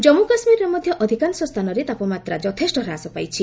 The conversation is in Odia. ଜାମ୍ମୁ କାଶ୍ମୀରରେ ମଧ୍ୟ ଅଧିକାଂଶ ସ୍ଥାନରେ ତାପମାତ୍ରା ଯଥେଷ୍ଟ ହ୍ରାସ ପାଇଛି